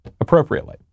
appropriately